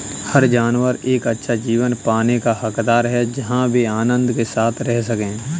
हर जानवर एक अच्छा जीवन पाने का हकदार है जहां वे आनंद के साथ रह सके